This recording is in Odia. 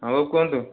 ହଁ ବୋଉ କୁହନ୍ତୁ